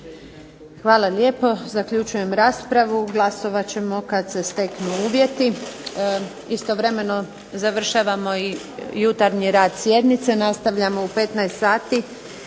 Hvala lijepo. Zaključujem raspravu. Glasovat ćemo kad se steknu uvjeti. Istovremeno završavamo i jutarnji rad sjednice. Nastavljamo u 15,00 sati